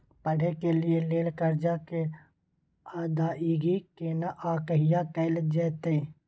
पढै के लिए लेल कर्जा के अदायगी केना आ कहिया कैल जेतै?